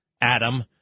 Adam